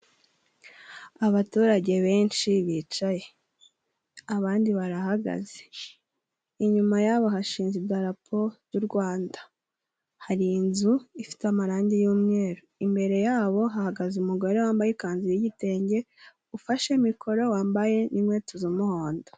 Abaturage benshi bicaye, abandi barahagaze. Inyuma yabo, hashinze idarapo ry’u Rwanda, hari inzu ifite amarangi y'umweru. Imbere yabo, hagaze umugore wambaye ikanzu y'igitenge, ufashe mikoro, wambaye n'inkweto z'umuhondo.